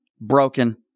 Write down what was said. broken